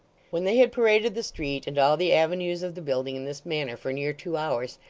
when they had paraded the street and all the avenues of the building in this manner for near two hours,